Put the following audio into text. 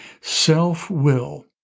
self-will